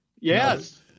Yes